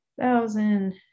thousand